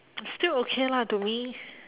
still okay lah to me